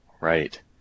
right